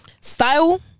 style